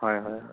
হয় হয় হয়